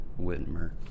Whitmer